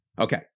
Okay